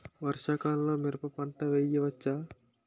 వర్షాకాలంలో మిరప పంట వేయవచ్చా?